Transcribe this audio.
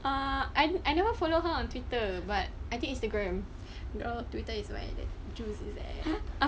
uh I I never follow her on Twitter but I think Instagram you know Twitter is what the juices is there